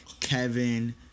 Kevin